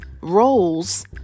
roles